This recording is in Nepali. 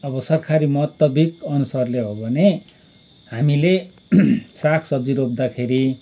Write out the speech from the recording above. अब सरकारी मल त बेक अनुसारले हो भने हामीले सागसब्जी रोप्दाखेरि